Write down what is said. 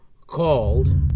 called